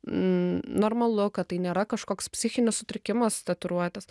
normalu kad tai nėra kažkoks psichinis sutrikimas tatuiruotės